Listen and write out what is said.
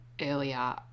earlier